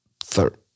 third